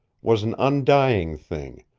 was an undying thing,